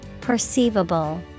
Perceivable